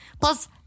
Plus